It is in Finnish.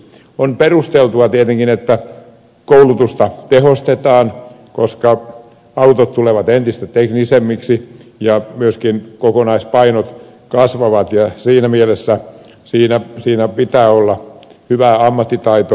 on perusteltua tietenkin että koulutusta tehostetaan koska autot tulevat entistä teknisemmiksi ja myöskin kokonaispainot kasvavat ja siinä mielessä siinä pitää olla hyvä ammattitaito